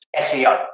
SEO